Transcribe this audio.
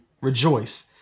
Rejoice